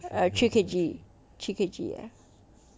err three K_G three K_G ya